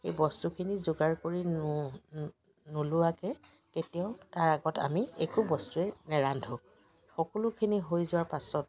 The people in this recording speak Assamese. এই বস্তুখিনি যোগাৰ কৰি নো নোলোৱাকে কেতিয়াও তাৰ আগত আমি একো বস্তুৱে নাৰান্ধো সকলোখিনি হৈ যোৱা পাছত